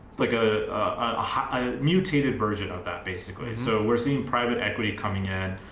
like a ah mutated version of that, basically. so we're seeing private equity coming in.